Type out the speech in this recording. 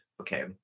okay